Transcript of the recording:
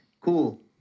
Cool